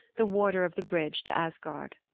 the warder of the bridge to asgard.